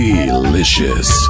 Delicious